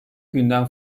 günden